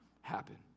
happen